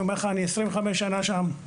אני 25 שנים שם,